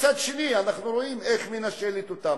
ומצד שני אנחנו רואים איך היא מנשלת אותם?